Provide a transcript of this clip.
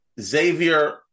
Xavier